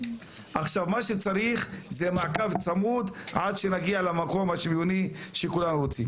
מה שצריך זה מעקב צמוד עד שנגיע למקום השוויוני שכולנו רוצים.